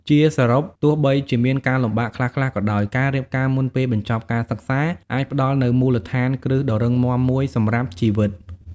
ជាសរុប ទោះបីជាមានការលំបាកខ្លះៗក៏ដោយ ការរៀបការមុនពេលបញ្ចប់ការសិក្សាអាចផ្តល់នូវមូលដ្ឋានគ្រឹះដ៏រឹងមាំមួយសម្រាប់ជីវិត ។